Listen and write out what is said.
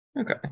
okay